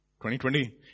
2020